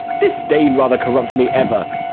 disdain rather corrupt me ever!